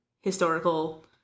historical